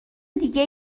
دیگه